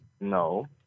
No